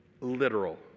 literal